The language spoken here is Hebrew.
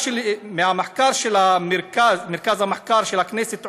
ממחקר של מרכז המחקר של הכנסת עולה: